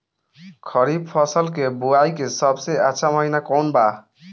खरीफ फसल के बोआई के सबसे अच्छा महिना कौन बा?